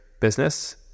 business